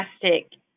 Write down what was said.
fantastic